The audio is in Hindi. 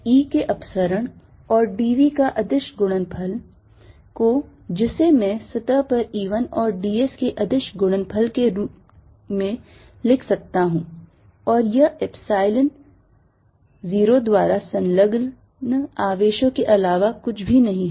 E के अपसरण और dV का अदिश गुणनफल को जिसे मैं सतह पर E1 और ds के अदिश गुणनफल के रूप में लिख सकता हूं और यह epsilon zero द्वारा संलग्न आवेशों के अलावा कुछ भी नहीं है